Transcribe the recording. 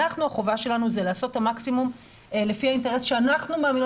החובה שלנו זה לעשות את המקסימום לפי האינטרס שאנחנו מאמינות